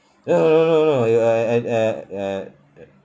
no no no no no it I I I I